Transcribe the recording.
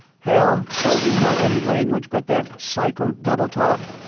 hell, don't you know any language but that psycho double-talk?